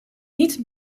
niet